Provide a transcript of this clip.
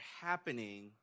happening